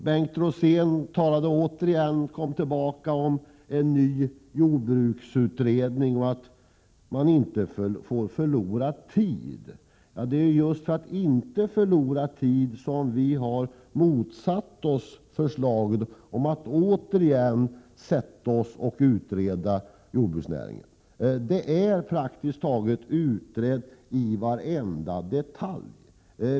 Bengt Rosén kom tillbaka till förslaget om en ny jordbruksutredning och sade att vi inte får förlora tid. Ja, det är ju just för att inte förlora tid som vi har motsatt oss förslaget att åter utreda jordbruksnäringen. Praktiskt taget varenda detalj är utredd.